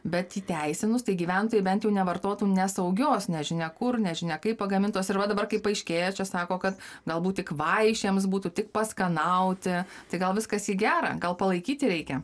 bet įteisinus tai gyventojai bent jau nevartotų nesaugios nežinia kur nežinia kaip pagamintos ir va dabar kaip paaiškėja čia sako kad galbūt tik vaišėms būtų tik paskanauti tai gal viskas į gera gal palaikyti reikia